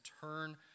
turn